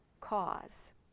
cause